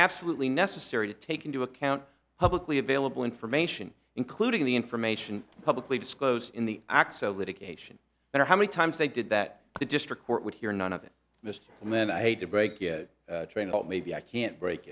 absolutely necessary to take into account publicly available information including the information publicly disclosed in the act so litigation and how many times they did that the district court would hear none of it missed and then i hate to break train but maybe i can't break